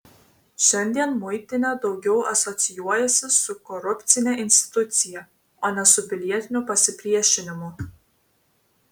šiandien muitinė daugiau asocijuojasi su korupcine institucija o ne su pilietiniu pasipriešinimu